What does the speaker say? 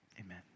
Amen